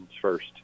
first